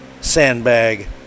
sandbag